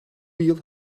yıl